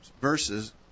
verses